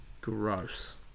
Gross